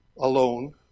alone